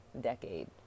decade